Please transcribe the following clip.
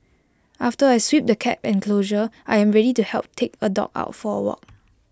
after I sweep the cat enclosure I am ready to help take A dog out for A walk